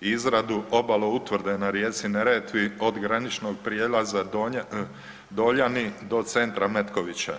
i izradu obale utvrde na rijeci Neretve od graničnog prijelaza Doljani do centra Metkovića.